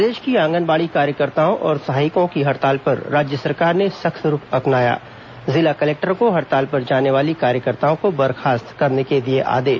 प्रदेश की आंगनबाड़ी कार्यकर्ताओं और सहायिकाओं की हड़ताल पर राज्य सरकार ने सख्त रूख अपनाया जिला कलेक्टरों को हड़ताल पर जाने वाली कार्यकर्ताओं को बर्खास्त करने के दिए आदेश